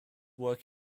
work